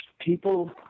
people